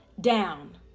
down